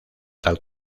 tal